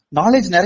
Knowledge